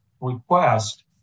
request